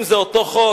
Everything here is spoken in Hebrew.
אם זה אותו חוק,